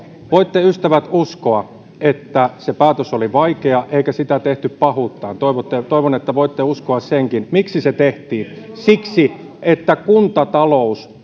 voitte ystävät uskoa että se päätös oli vaikea eikä sitä tehty pahuuttaan toivon että voitte uskoa senkin miksi se tehtiin siksi että kuntatalous